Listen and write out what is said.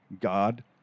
God